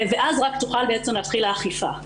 ואז רק תוכל להתחיל בעצם האכיפה.